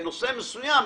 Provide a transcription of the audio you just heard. בנושא מסוים,